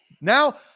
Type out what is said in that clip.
Now